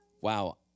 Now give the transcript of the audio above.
Wow